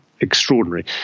extraordinary